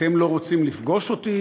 אתם לא רוצים לפגוש אותי,